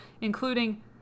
including